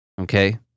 Okay